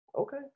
okay